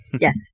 Yes